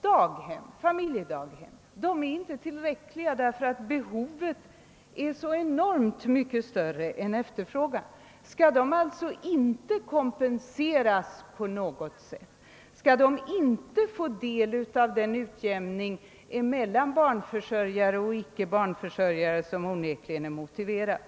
Daghem, familjedaghem o. s. v. räcker inte, därför att behovet är så enormt mycket större än efterfrågan. Skall de inte kompenseras på något sätt? Skall de inte få del av den utjämning mellan barnförsörjare och icke barnförsörjare som onekligen är motiverad?